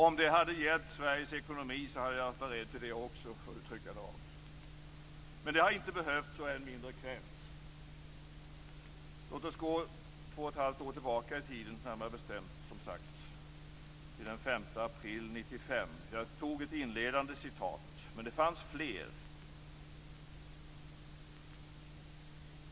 Om det hade hjälpt Sveriges ekonomi så hade jag varit beredd att göra det också. Men det har inte behövts och än mindre krävts. Låt oss gå två och ett halvt år tillbaka i tiden till den 5 april 1995. Jag läste upp ett inledande citat, men det fanns fler.